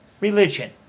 religion